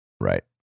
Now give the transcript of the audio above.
Right